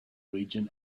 region